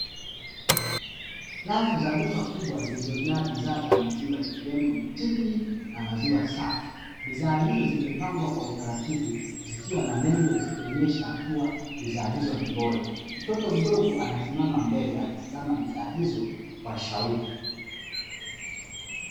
Rafu za duka kubwa zilizojaa bidhaa za maziwa ikiwemo mtindi na maziwa safi, bidhaa hizo zimepangwa kwa utaratibu zikiwa na nembo zikionyesha kuwa bidhaa hizo ni bora, Mtoto mdogo amesimama mbele akitizama bidhaa hizo kwa shauku.